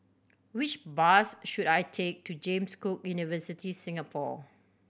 which bus should I take to James Cook University Singapore